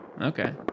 Okay